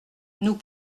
nous